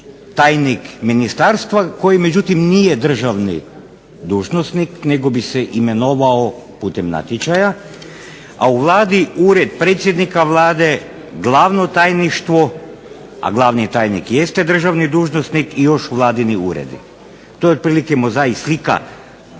tajnik ministarstva koji međutim nije državni dužnosnik nego bi se imenovao putem natječaja, a u Vladi Ured predsjednika Vlade, glavno tajništvo, a glavni tajnik jeste državni dužnosnik i još Vladini uredi. To je otprilike mozaik slika